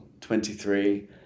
23